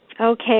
Okay